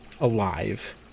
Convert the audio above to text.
alive